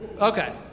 Okay